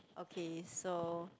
okay so